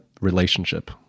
relationship